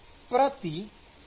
K